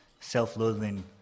self-loathing